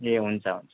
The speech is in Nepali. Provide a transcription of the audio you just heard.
ए हुन्छ हुन्छ